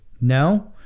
No